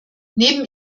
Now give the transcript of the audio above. neben